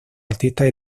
artistas